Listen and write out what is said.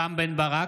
רם בן ברק,